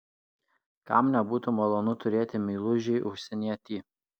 kam nebūtų malonu turėti meilužį užsienietį